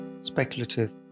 speculative